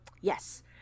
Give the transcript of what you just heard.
Yes